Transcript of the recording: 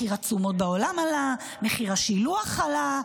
מחיר התשומות בעולם עלה, מחיר השילוח עלה,